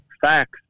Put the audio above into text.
facts